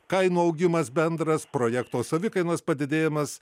kainų augimas bendras projekto savikainos padidėjimas